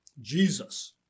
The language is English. Jesus